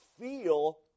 feel